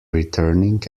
returning